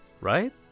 right